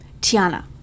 Tiana